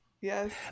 Yes